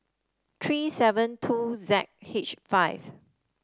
three seven two Z H five